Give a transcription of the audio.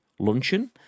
luncheon